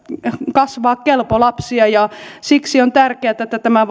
kasvaa kelpo lapsia ja siksi on tärkeätä että tämä